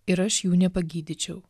ir aš jų nepagydyčiau